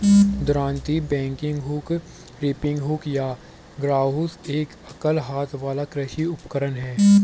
दरांती, bagging hook, reaping hook या grass hook एक एकल हाथ वाला कृषि उपकरण है